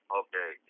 okay